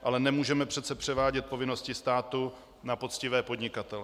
Ale nemůžeme přece převádět povinnosti státu na poctivé podnikatele.